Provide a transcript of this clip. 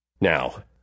Now